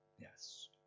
Yes